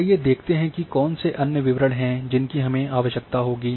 आइये देखते हैं कि कौन से अन्य विवरण हैं जिनकी हमें आवश्यकता होगी